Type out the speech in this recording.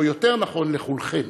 או יותר נכון, אל כולכם.